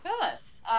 Phyllis